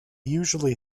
usually